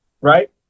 Right